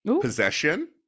possession